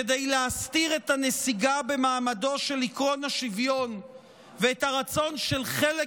כדי להסתיר את הנסיגה במעמדו של עקרון השוויון ואת הרצון של חלק